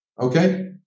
Okay